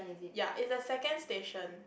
ya it's the second station